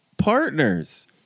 Partners